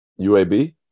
UAB